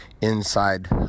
inside